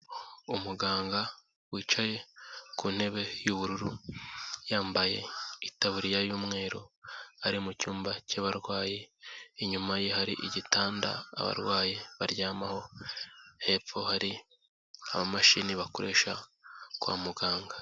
Umuganga wicaye ku ntebe y'ubururu yambaye itaburiya y'umweru, ari mu cyumba cy'abarwayi, inyuma ye hari igitanda abarwayi baryamaho, hepfo hari amamashini bakoresha kwa muganga.